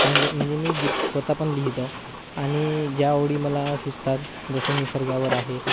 Kong म्हणजे मी गीत स्वतः पण लिहितो आणि ज्या ओळी मला सुचतात जसे निसर्गावर आहे